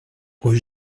rue